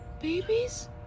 Babies